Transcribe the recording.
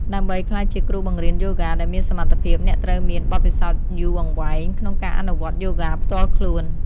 ដើម្បីក្លាយជាគ្រូបង្រៀនយូហ្គាដែលមានសមត្ថភាព អ្នកត្រូវមាន បទពិសោធន៍យូរអង្វែងក្នុងការអនុវត្តយូហ្គាផ្ទាល់ខ្លួន។